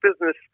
business